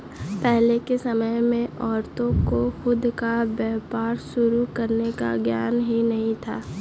पहले के समय में औरतों को खुद का व्यापार शुरू करने का ज्ञान ही नहीं था